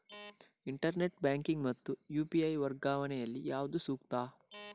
Internet banking ಮತ್ತು UPI ವರ್ಗಾವಣೆ ಯಲ್ಲಿ ಯಾವುದು ಸೂಕ್ತ?